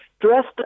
dressed